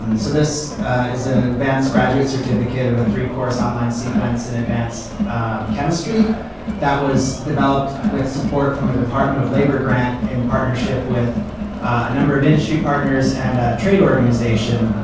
um so this is an advanced graduate certificate of a three course online sequences in advanced chemistry that was developed with support from a department of labor grant in partnership with a number of industry partners and trade organization